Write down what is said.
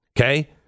Okay